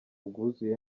bwuzuye